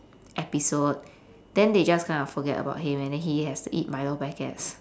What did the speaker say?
episode then they just kinda forget about him and then he has to eat milo packets